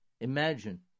Imagine